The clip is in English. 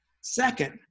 Second